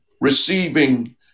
receiving